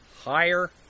higher